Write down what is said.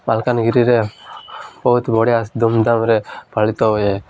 ମାଲକାନଗିରିରେ ବହୁତ ବଢ଼ିଆ ଧୁମଧାମରେ ପାାଳିତ ହୁଏ